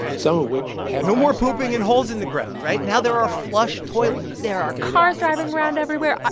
some of which had. no more pooping in holes in the ground, right? now there are flush toilets there are cars driving around everywhere.